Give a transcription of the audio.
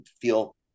feel